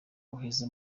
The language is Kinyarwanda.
uheze